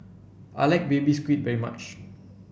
I like Baby Squid very much